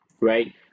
right